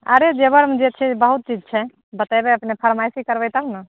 अरे जेबरमे जे छै बहुत चीज छै बतेबै अपने फरमाइसी करबै तब ने